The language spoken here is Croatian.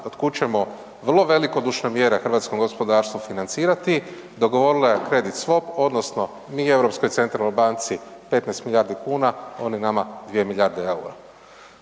otkud ćemo vrlo velikodušne mjere hrvatskom gospodarstvu financirati, dogovorile kredit SVOP odnosno mi Europskoj centralnoj banci 15 milijardi kuna, oni nama 2 milijarde EUR-a.